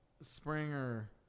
Springer